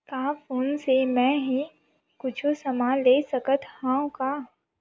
का फोन से मै हे कुछु समान ले सकत हाव का?